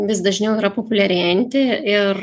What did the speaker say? vis dažniau yra populiarėjanti ir